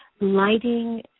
lighting